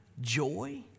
joy